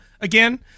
again